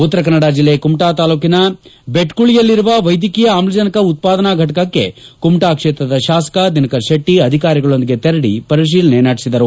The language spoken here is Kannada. ಉತ್ತರ ಕನ್ನಡ ಜಿಲ್ಲೆ ಕುಮಟಾ ತಾಲೂಕಿನ ದೆಟ್ಕುಳಿಯಲ್ಲಿರುವ ವೈದ್ಯಕೀಯ ಆಮ್ಲಜನಕ ಉತ್ಪಾದನಾ ಫಟಕಕ್ಕೆ ಕುಮಟಾ ಕ್ಷೇತ್ರದ ಶಾಸಕ ದಿನಕರ ಶೆಟ್ಟ ಅಧಿಕಾರಿಗಳೊಂದಿಗೆ ತೆರಳಿ ಪರಿಶೀಲನೆ ನಡೆಸಿದರು